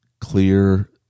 clear